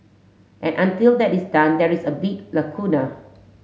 and until that is done there is a big lacuna